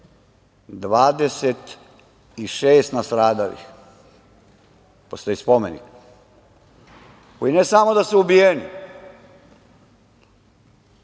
26 nastradalih, postoji spomenik, koji ne samo da su ubijeni,